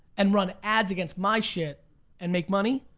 and run ads against my shit and make money?